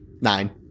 Nine